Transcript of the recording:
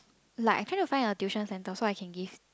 like I try to find a tuition centre so I can give